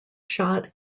shot